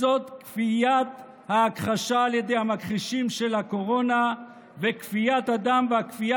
זאת כפיית ההכחשה עלי ידי המכחישים של הקורונה וכפיית הדם והכפייה